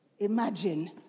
Imagine